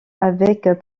avec